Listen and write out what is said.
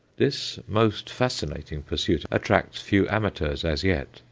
this most fascinating pursuit attracts few amateurs as yet,